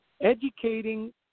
Educating